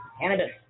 Cannabis